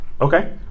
Okay